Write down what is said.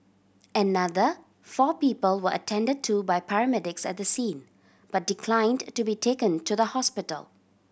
another four people were attend to by paramedics at the scene but declined to be taken to the hospital